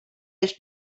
els